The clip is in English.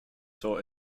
taught